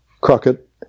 Crockett